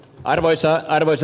arvoisa puhemies